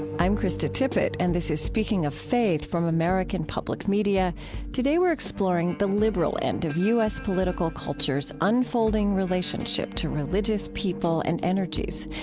i'm krista tippett and this is speaking of faith from american public media today we're exploring the liberal end of u s. political culture's unfolding relationship to religious people and energies.